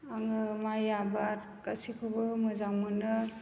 आङो माइ आबाद गासैखौबो मोजां मोनो